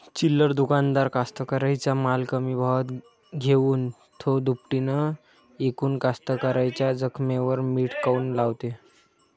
चिल्लर दुकानदार कास्तकाराइच्या माल कमी भावात घेऊन थो दुपटीनं इकून कास्तकाराइच्या जखमेवर मीठ काऊन लावते?